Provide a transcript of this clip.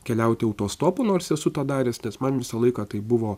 keliauti autostopu nors esu tą daręs nes man visą laiką tai buvo